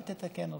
אל תתקן אותו.